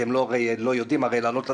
כי הם לא יודעים הרי לענות לטלפון,